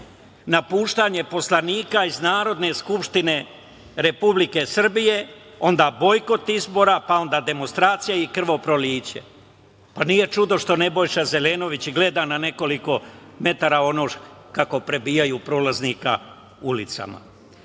napuštanje poslanika iz Narodne skupštine Republike Srbije, onda bojkot izbora, pa onda demonstracije, pa krvoproliće. Pa, nije čudo što Nebojša Zelenović gleda na nekoliko metara, kako prebijaju prolaznika ulicama.